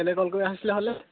কেলৈ ক'ল কৰা হৈছিলে হ'লে